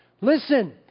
Listen